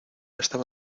estaba